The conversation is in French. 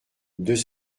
deux